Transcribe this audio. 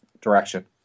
direction